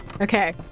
Okay